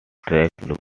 tracks